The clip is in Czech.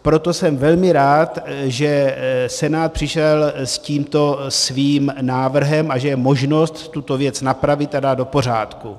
Proto jsem velmi rád, že Senát přišel s tímto svým návrhem a že je možno tuto věc napravit a dát do pořádku.